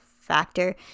factor